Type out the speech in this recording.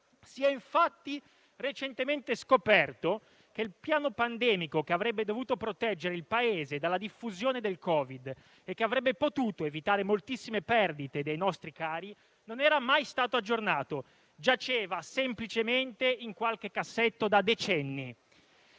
Si è recentemente scoperto, infatti, che il piano pandemico, che avrebbe dovuto proteggere il Paese dalla diffusione del Covid e che avrebbe potuto evitare moltissime perdite di nostri cari, non era mai stato aggiornato: giaceva semplicemente in qualche cassetto da decenni.